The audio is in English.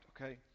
okay